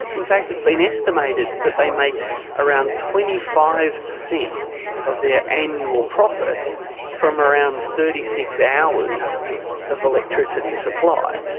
in fact it's been estimated that they make around twenty five percent of their annual profit from around thirty six hours of electricity supply.